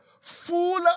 full